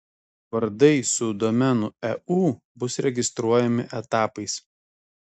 vardai su domenu eu bus registruojami etapais